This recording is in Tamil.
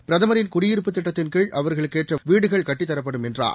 பிரதமரின் குடியிருப்புத் திட்டத்தின் கீழ் அவர்களுக்கேற்றவாடகைவீடுகள் கட்டித்தரப்படும் என்றார்